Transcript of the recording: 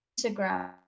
Instagram